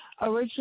Originally